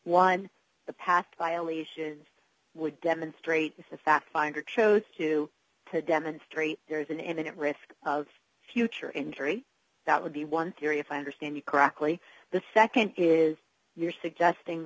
the path violations would demonstrate the fact finder chose to demonstrate there is an imminent risk of future injury that would be one theory if i understand you correctly the nd is you're suggesting